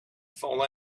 fall